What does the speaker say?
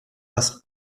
das